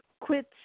quit